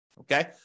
okay